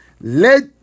Let